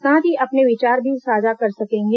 साथ ही अपने विचार भी साझा करेंगे